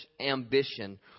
ambition